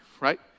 right